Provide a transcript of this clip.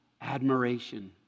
Admiration